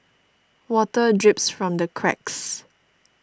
water drips from the cracks